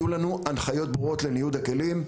יהיו לנו הנחיות ברורות לניוד הכלים.